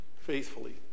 faithfully